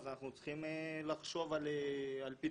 אז אנחנו צריכים לחשוב על פתרונות,